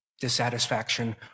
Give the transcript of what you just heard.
dissatisfaction